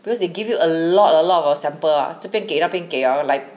because they give you a lot a lot of the sample 这边给那边给啊 like